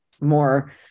more